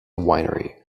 winery